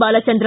Balachandra